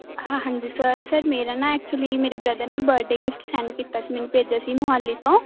ਹਾਂ ਹਾਂਜੀ sir sir ਮੇਰਾ ਨਾ ਐਕਚੁਲੀ ਮੇਰੇ ਬ੍ਰਦਰ ਨੇ ਬਰਥਡੇ ਗਿਫਟ ਸੈਂਡ ਕੀਤਾ ਸੀ ਮੈਨੂੰ ਭੇਜਿਆ ਸੀ ਮੋਹਾਲੀ ਤੋਂ